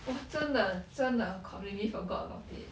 我真的真的 completely forgot about it